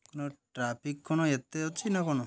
କ'ଣ ଟ୍ରାଫିକ୍ କ'ଣ ଏତେ ଅଛି ନା କ'ଣ